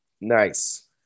Nice